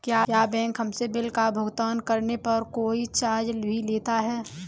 क्या बैंक हमसे बिल का भुगतान करने पर कोई चार्ज भी लेता है?